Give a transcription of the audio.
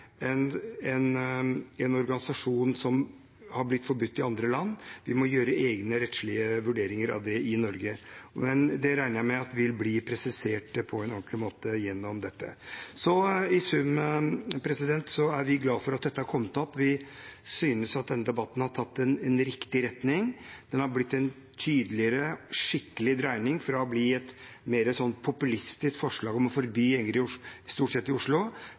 en organisasjon som har blitt forbudt i andre land. Vi må gjøre egne rettslige vurderinger av det i Norge, men det regner jeg med vil bli presisert på en ordentlig måte gjennom dette. I sum er vi glad for at dette har kommet opp. Vi synes at denne debatten har tatt en riktig retning. Det er blitt en tydeligere, skikkelig dreining fra et mer populistisk forslag om å forby gjenger, stort sett i Oslo,